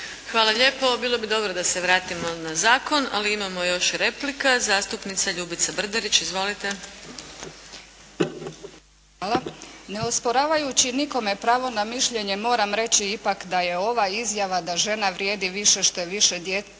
Hvala lijepo. Bilo bi dobro da se vratimo na zakon, ali imamo još replika. Zastupnica Ljubica Brdarić. Izvolite. **Brdarić, Ljubica (SDP)** Hvala. Ne osporavajući nikome pravo na mišljenje moram reći ipak da je ova izjava da žena vrijedi više što je više djece